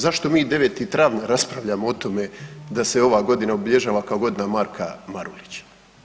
Zašto mi 9. travnja raspravljamo o tome da se ova godina obilježava kao Godina Marka Marulića?